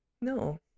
No